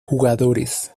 jugadores